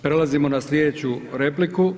Prelazimo na slijedeću repliku.